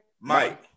Mike